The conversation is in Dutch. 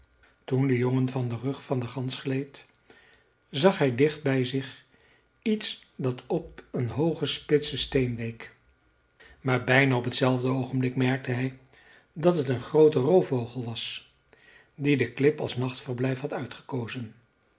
toen de jongen van den rug van de gans gleed zag hij dicht bij zich iets dat op een hoogen spitsen steen leek maar bijna op hetzelfde oogenblik merkte hij dat het een groote roofvogel was die de klip als nachtverblijf had uitgekozen